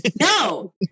No